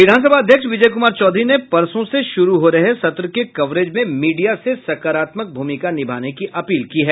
विधानसभा अध्यक्ष विजय कुमार चौधरी ने परसों से शुरू हो रहे सत्र के कवरेज में मीडिया से सकारात्मक भूमिका निभाने की अपील की है